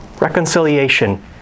Reconciliation